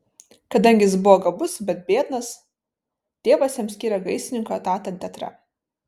kadangi jis buvo gabus bet biednas tėvas jam skyrė gaisrininko etatą teatre